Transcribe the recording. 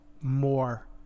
more